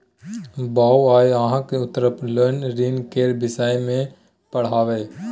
बौआ आय अहाँक उत्तोलन ऋण केर विषय मे पढ़ायब